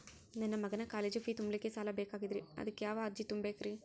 ನನ್ನ ಮಗನ college fee ತುಂಬಲಿಕ್ಕೆ ಸಾಲ ಬೇಕಾಗೆದ್ರಿ ಅದಕ್ಯಾವ ಅರ್ಜಿ ತುಂಬೇಕ್ರಿ?